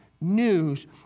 news